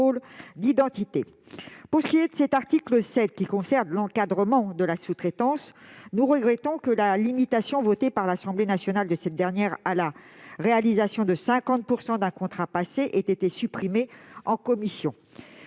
Pour ce qui est de cet article, qui concerne l'encadrement de la sous-traitance, nous regrettons que la limitation de celle-ci, votée par l'Assemblée nationale, à la réalisation de 50 % d'un contrat passé, ait été supprimée en commission.